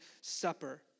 supper